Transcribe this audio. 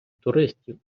туристів